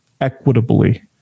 equitably